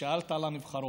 שאלת על הנבחרות.